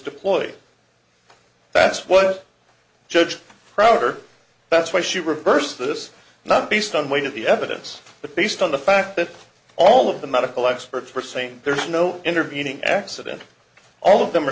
deployed that's what judge crowder that's why she reversed this not based on weight of the evidence but based on the fact that all of the medical experts were saying there's no intervening accident all of them are